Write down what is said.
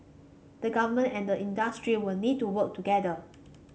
the government and the industry will need to work together